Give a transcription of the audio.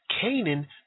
Canaan